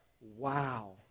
wow